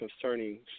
concerning